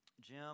Jim